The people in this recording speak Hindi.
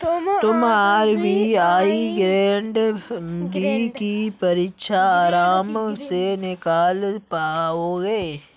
तुम आर.बी.आई ग्रेड बी की परीक्षा आराम से निकाल पाओगे